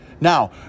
Now